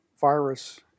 virus